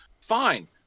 fine